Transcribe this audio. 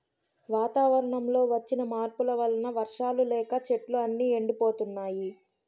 వాతావరణంలో వచ్చిన మార్పుల వలన వర్షాలు లేక చెట్లు అన్నీ ఎండిపోతున్నాయి